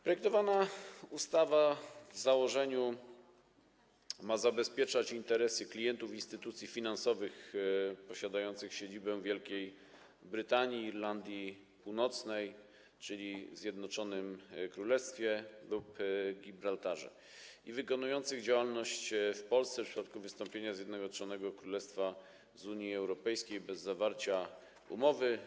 Projektowana ustawa w założeniu ma zabezpieczać interesy klientów instytucji finansowych posiadających siedzibę w Wielkiej Brytanii i Irlandii Północnej, czyli w Zjednoczonym Królestwie, lub Gibraltarze i prowadzących działalność w Polsce w przypadku wystąpienia Zjednoczonego Królestwa z Unii Europejskiej bez zawarcia umowy.